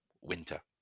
winter